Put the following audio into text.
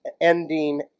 ending